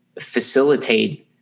facilitate